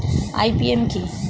IPM কি?